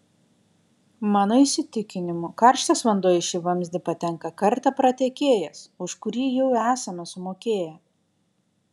mano įsitikinimu karštas vanduo į šį vamzdį patenka kartą pratekėjęs už kurį jau esame sumokėję